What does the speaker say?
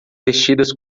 vestidas